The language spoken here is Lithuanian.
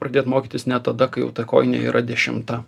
pradėt mokytis net tada kai jau ta kojinė yra dešimta